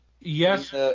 Yes